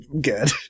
good